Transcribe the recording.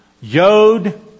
Yod